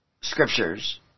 scriptures